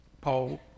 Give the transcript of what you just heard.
Paul